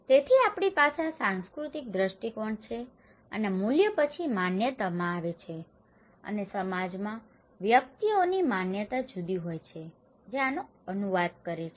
તેથી આપણી પાસે આ સાંસ્કૃતિક દ્રષ્ટિકોણ છે અને આ મૂલ્યો પછી માન્યતાઓમાં આવે છે અને સમાજમાં વ્યક્તિઓની માન્યતા જુદી હોય છે જે આનો અનુવાદ કરે છે